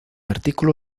artículo